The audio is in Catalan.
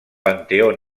panteó